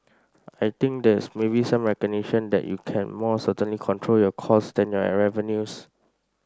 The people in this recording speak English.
I think there's maybe some recognition that you can more certainly control your costs than your revenues